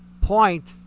point